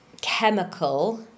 Chemical